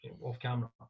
off-camera